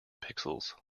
pixels